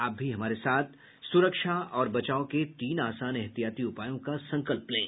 आप भी हमारे साथ सुरक्षा और बचाव के तीन आसान एहतियाती उपायों का संकल्प लें